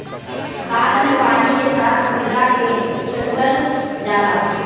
खाद के पानी के साथ मिला के छिड़कल जाला